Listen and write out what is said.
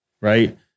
right